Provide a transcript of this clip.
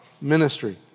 ministry